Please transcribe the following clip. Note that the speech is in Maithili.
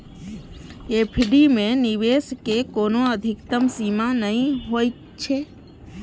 एफ.डी मे निवेश के कोनो अधिकतम सीमा नै होइ छै